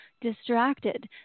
distracted